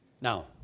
Now